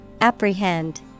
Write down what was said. Apprehend